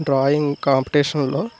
drawing కాంపిటీషన్లో